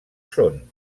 són